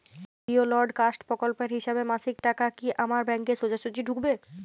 Scheduled caste প্রকল্পের হিসেবে মাসিক টাকা কি আমার ব্যাংকে সোজাসুজি ঢুকবে?